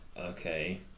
okay